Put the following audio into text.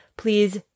please